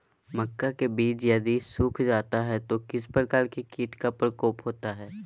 मक्का के बिज यदि सुख जाता है तो किस प्रकार के कीट का प्रकोप होता है?